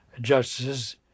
justices